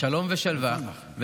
שלום ושלווה.